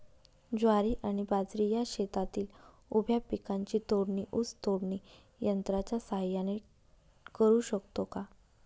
ज्वारी आणि बाजरी या शेतातील उभ्या पिकांची तोडणी ऊस तोडणी यंत्राच्या सहाय्याने करु शकतो का?